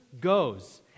goes